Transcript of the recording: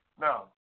Now